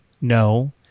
no